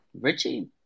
Richie